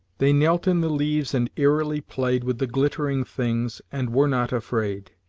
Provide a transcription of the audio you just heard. they knelt in the leaves and eerily played with the glittering things, and were not afraid.